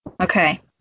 Okay